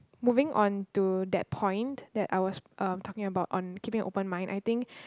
moving on to that point that I was um talking about on keeping open mind I think